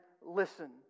listen